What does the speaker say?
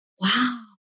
Wow